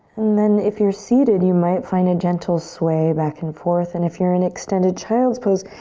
and then if you're seated, you might find a gentle sway back and forth. and if you're an extended child's pose,